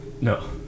No